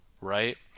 right